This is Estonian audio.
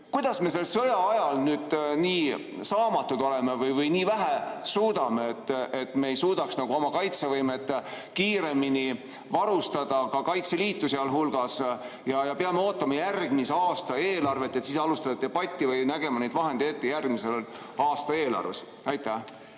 Kuidas me selle sõja ajal nii saamatud oleme või nii vähe suudame, et me ei suudaks oma kaitsevõimet kiiremini varustada, Kaitseliitu sealhulgas, ja peame ootama järgmise aasta eelarvet, et siis alustada debatti või nägema neid vahendeid ette järgmise aasta eelarves? Suur